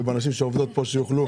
ובנשים שעובדות פה שיוכלו